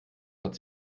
hat